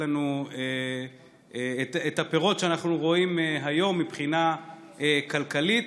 לנו הפירות שאנחנו רואים היום מבחינה כלכלית.